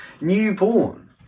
newborn